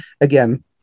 again